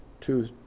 two